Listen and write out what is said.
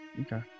Okay